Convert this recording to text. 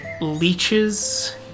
leeches